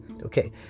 Okay